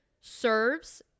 serves